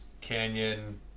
canyon